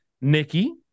Nikki